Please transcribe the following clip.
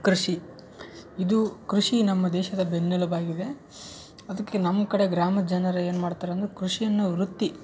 ಕೃಷಿ ಇದು ಕೃಷಿ ನಮ್ಮ ದೇಶದ ಬೆನ್ನೆಲುಬು ಆಗಿದೆ ಅದಕ್ಕೆ ನಮ್ಮ ಕಡೆ ಗ್ರಾಮದ ಜನರೆ ಏನು ಮಾಡ್ತಾರೆ ಅಂದ್ರೆ ಕೃಷಿಯನ್ನು ವೃತ್ತಿ